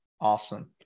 Awesome